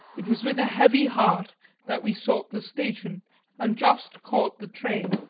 it was with a heavy heart that we sought the station and just caught the train,